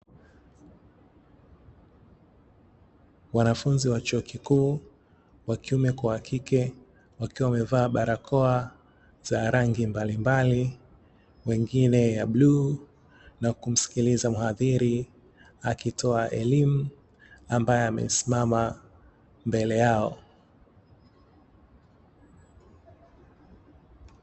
Wanafunzi wa chuo kikuu wa kiume kwa wakike, wakiwa wamevaa barakoa za rangi mbalimbali, wengine ya bluu na kumsikiliza mhadhiri, akitoa elimu ambaye amesimama mbele yao.